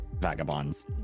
vagabonds